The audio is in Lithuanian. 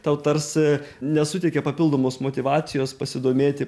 tau tarsi nesuteikia papildomos motyvacijos pasidomėti